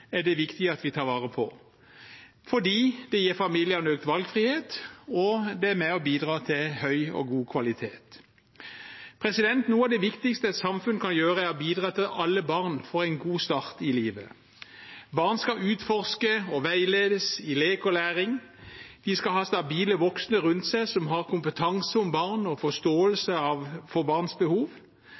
er det viktig at vi tar vare på – fordi det gir familiene økt valgfrihet og er med på å bidra til god kvalitet. Noe av det viktigste et samfunn kan gjøre, er å bidra til at alle barn får en god start i livet. Barn skal utforske og veiledes i lek og læring, og de skal ha stabile voksne rundt seg som har kompetanse om barn og forståelse for barns behov.